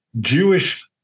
Jewish